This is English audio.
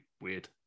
weird